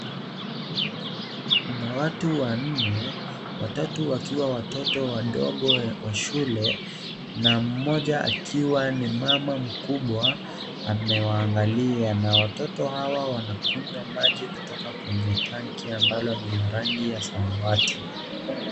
Kuna watu wanne, watatu wakiwa wadogo wa shule na mmoja akiwa ni mama mkubwa, amewaangalia na watoto hawa wanakunywa maji kutoka kwenye tanki ambalo ni la rangi ya samawati.